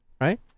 Right